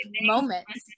moments